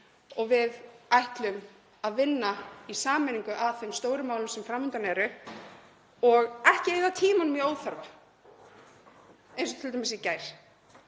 og við ætlum að vinna í sameiningu að þeim stóru málum sem fram undan eru og ekki eyða tímanum í óþarfa, eins og t.d. í gær,